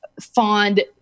fond